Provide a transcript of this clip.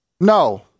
No